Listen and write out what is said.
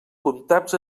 comptats